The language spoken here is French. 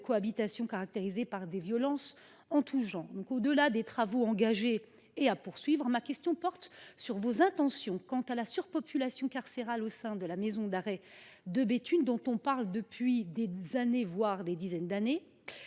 cohabitation caractérisés par des violences en tout genre. Au delà des travaux engagés et à poursuivre, ma question porte sur vos intentions pour traiter ce problème de surpopulation carcérale au sein de la maison d’arrêt de Béthune, dont on parle depuis des années, voire des dizaines d’années.